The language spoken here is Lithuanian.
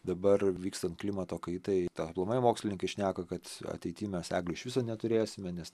dabar vykstant klimato kaitai tą aplamai mokslininkai šneka kad ateity mes eglių iš viso neturėsime nes